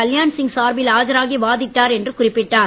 கல்யாண்சிங் சார்பில் ஆஜராகி வாதிட்டார் என்று குறிப்பிட்டார்